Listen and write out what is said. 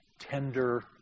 tender